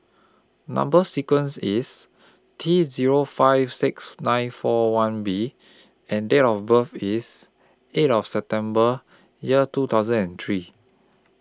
Number sequence IS T Zero five six nine four one B and Date of birth IS eight of September Year two thousand and three